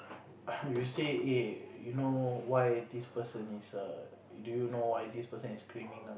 you say eh you know why this person is err do you know why this person is screaming now